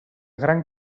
gran